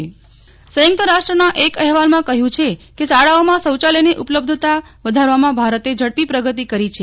નેહ્લ ઠક્કર શાળાઓમાં શૌચાલય ઉપલબ્ધતા સંયુક્ત રાષ્ટ્રોના એક અહેવાલમાં કહ્યું છે કે શાળાઓમાં શૌચાલયની ઉપલબ્ધતા વધારવામાં ભારતે ઝડપી પ્રગતિ કરી છે